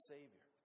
Savior